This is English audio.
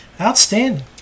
Outstanding